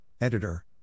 editor